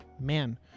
Man